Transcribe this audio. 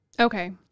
Okay